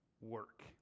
work